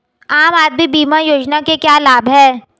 आम आदमी बीमा योजना के क्या लाभ हैं?